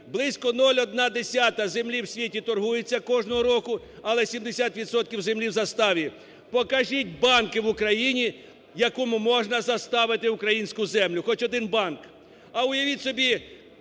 близько 0,1 землі в світі торгується кожного року, але 70 відсотків землі в заставі. Покажіть банки в Україні, в якому можна заставити українську землю, хоч один банк. А, уявіть собі,